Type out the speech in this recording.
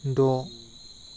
द'